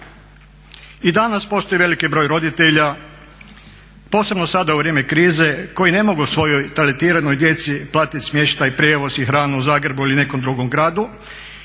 I danas postoji veliki broj roditelja, posebno sada u vrijeme krize, koji ne mogu svojoj talentiranoj djeci platit smještaj, prijevoz i hranu u Zagrebu ili nekom drugom gradu